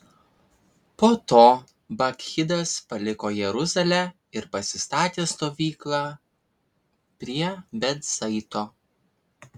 po to bakchidas paliko jeruzalę ir pasistatė stovyklą prie bet zaito